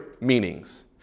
meanings